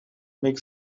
make